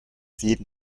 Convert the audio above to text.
jeden